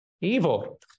evil